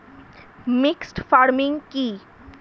Mixed farming কি?